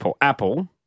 apple